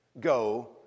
go